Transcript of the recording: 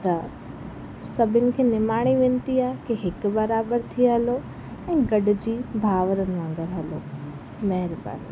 त सभिनि खे निमाणी वेनिती आहे की हिकु बराबरि थी हलो ऐं गॾिजी भाउरनि वांग़ुरु हलो महिरबानी